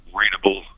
readable